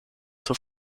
zur